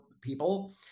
people